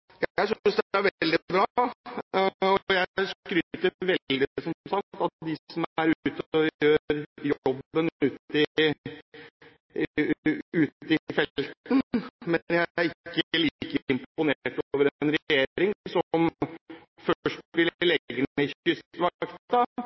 er veldig bra, og jeg skryter som sagt veldig av dem som gjør jobben ute i felten, men jeg er ikke like imponert over en regjering som først